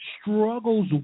struggles